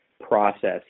process